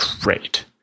great